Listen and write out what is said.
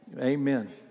Amen